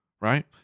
right